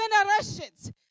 generations